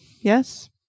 Yes